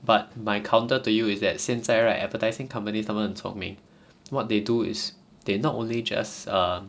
but my counter to you is that 现在 right advertising company 他们很聪明 what they do is they not only just err